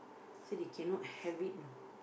say they cannot have it